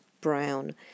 brown